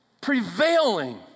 prevailing